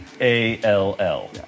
A-L-L